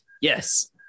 Yes